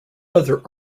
other